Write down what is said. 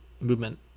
movement